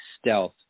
Stealth